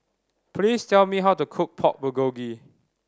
please tell me how to cook Pork Bulgogi